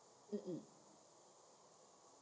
um um